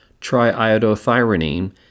triiodothyronine